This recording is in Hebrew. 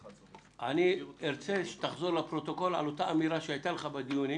אני ארצה שתחזור לפרוטוקול על אותה אמירה שהיתה לך בדיונים